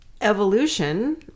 evolution